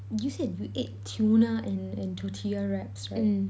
you said you ate tuna and and tortilla wraps right